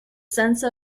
sense